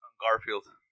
Garfield